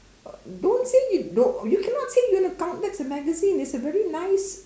don't say you don't you cannot say you want to count that as a magazine it's a very nice